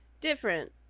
Different